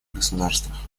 государствах